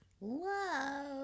Love